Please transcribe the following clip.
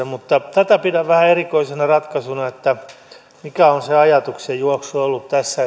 mutta tätä pidän vähän erikoisena ratkaisuna että mikä on se ajatuksenjuoksu ollut tässä